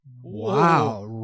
Wow